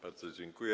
Bardzo dziękuję.